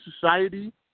society